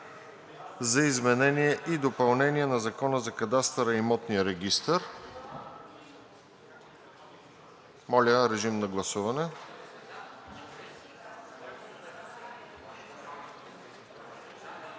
за изменение и допълнение на Закона за кадастъра и имотния регистър. Моля, режим на гласуване.